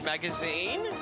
Magazine